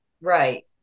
Right